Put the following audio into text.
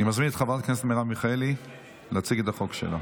אני מזמין את חברת הכנסת מרב מיכאלי להציג את הצעת החוק שלה.